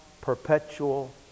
perpetual